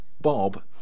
Bob